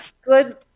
good